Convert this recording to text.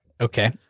Okay